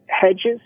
hedges